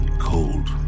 cold